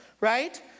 right